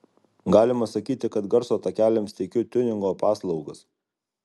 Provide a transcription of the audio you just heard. galima sakyti kad garso takeliams teikiu tiuningo paslaugas